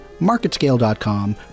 Marketscale.com